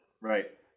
right